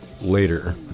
later